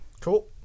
Cool